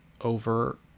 over